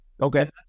Okay